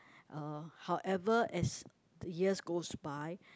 uh however as the years goes by